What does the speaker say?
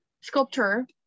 sculptor